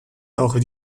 auch